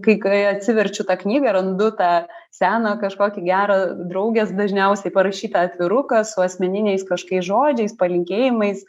kai kai atsiverčiu tą knygą randu tą seną kažkokį gerą draugės dažniausiai parašytą atviruką su asmeniniais kažkokiais žodžiais palinkėjimais